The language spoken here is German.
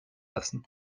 lassen